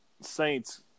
Saints